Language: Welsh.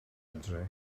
adre